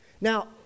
Now